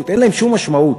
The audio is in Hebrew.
אין להן שום משמעות.